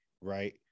right